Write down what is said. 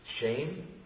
shame